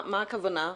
מה הכוונה?